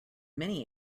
many